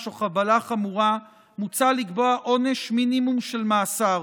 או חבלה חמורה מוצע לקבוע עונש מינימום של מאסר,